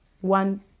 one